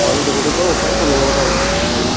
তাহলে যোগাযোগ করো ওখানেই চলে যাব তাহলে কাজে